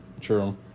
True